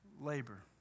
labor